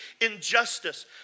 injustice